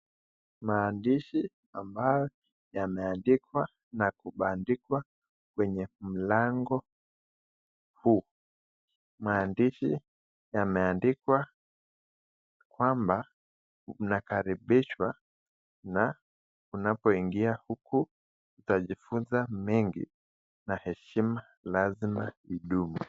Maandishi ambayo yameandikwa na kubandikwa kwenye mlango huu, maandishi yameandikwa kwamba mnakaribishwa na unapoingia huku utajifunza mengi, na heshima lazima idumu.